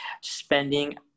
spending